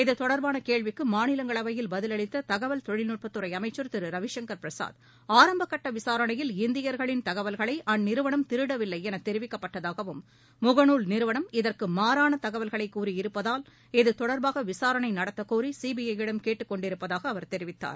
இது தொடர்பான கேள்விக்கு மாநிலங்களவையில் பதிலளித்த தகவல் தொழில்நுட்பத்துறை அமைச்சர் திரு ரவிசங்கர் பிரசாத் ஆரம்பக்கட்ட விசாரணையில் இந்தியர்களின் தகவல்களை அந்நிறுவனம் திருடவில்லையென தெரிவிக்கப்பட்டதாகவும் முகநூல் நிறுவனம் இதற்கு மாறான தகவல்களை கூறியிருப்பதால் இது தொடர்பாக விசாரணை நடத்தக்கோரி சிபிஐயிடம் கேட்டுக்கொண்டிருப்பதாக அவர் தெரிவித்தார்